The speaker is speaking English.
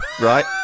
Right